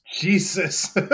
Jesus